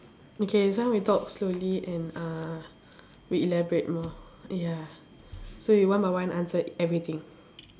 okay so we talk slowly and uh we elaborate more ya so we one by one answer everything